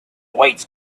weights